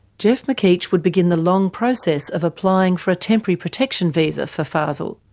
geoff mckeitch would begin the long process of applying for a temporary protection visa for fazel.